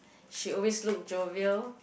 she always looks jovial